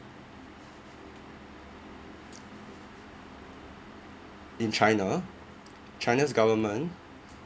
in china china's government